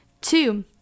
Two